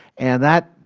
and that,